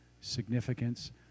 significance